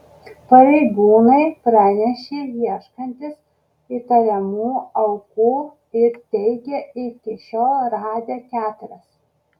pareigūnai pranešė ieškantys įtariamų aukų ir teigė iki šiol radę keturias